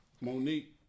Monique